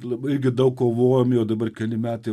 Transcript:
labai daug kovojom jau dabar keli metai